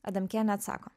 adamkienė atsako